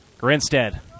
Grinstead